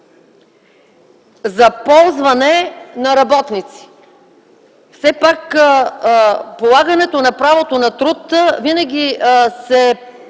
за ползване на работници. Все пак полагането на труд, правото на труд винаги се